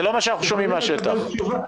איך ניתנת הלוואת הגישור הזאת?